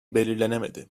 belirlenemedi